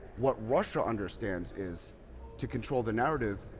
what russia understands is to control the narrative,